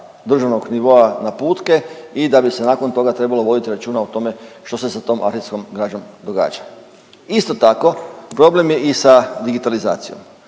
državnog nivoa naputke i da bi se nakon toga trebalo voditi računa o tome što se sa tom arhivskom građom događa. Isto tako problem je i sa digitalizacijom.